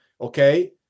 okay